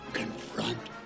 confront